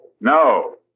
No